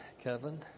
Kevin